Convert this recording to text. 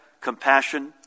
compassion